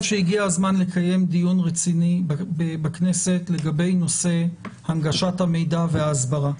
שהגיע הזמן לקיים דיון רציני בכנסת לגבי נושא הנגשת המידע וההסברה.